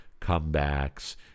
comebacks